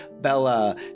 Bella